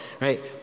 right